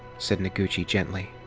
said noguchi gently.